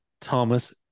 Thomas